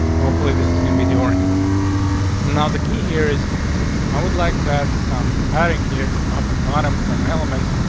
hopefully, this is gonna be the orange one now. the key here is i would like to add some padding here, top and bottom for my elements,